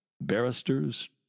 Barristers